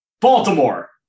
Baltimore